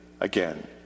again